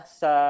sa